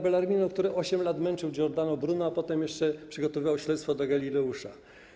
Bellarmino, który 8 lat męczył Giordana Bruna, a potem jeszcze przygotowywał śledztwo dotyczące Galileusza.